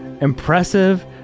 impressive